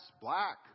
black